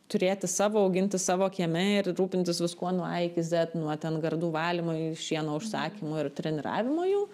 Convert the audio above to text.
turėti savo auginti savo kieme ir rūpintis viskuo nuo a iki zet nuo ten gardų valymo šieno užsakymo ir treniravimo jų